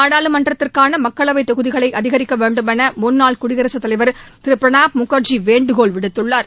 நாடாளுமன்றத்திற்கான மக்களவைத் தொகுதிகளை அதிகிக்க வேண்டும் என முன்னாள் குடியரசுத்தலைவர் திரு பிரணாப் முகர்ஜி வேண்டுகோள் விடுத்துள்ளார்